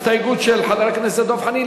הסתייגות של חבר הכנסת דב חנין,